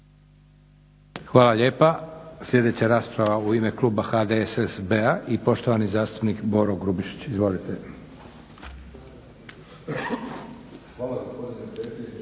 Hvala lijepa. Sljedeća rasprava u ime kluba HDSSB-a i poštovani zastupnik Boro Grubišić. Izvolite.